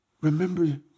remember